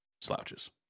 slouches